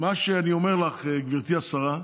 מה שאני אומר לך, גברתי השרה,